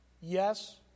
Yes